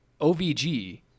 ovg